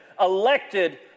elected